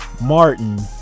Martin